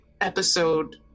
episode